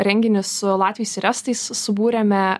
renginį su latviais ir estais subūrėme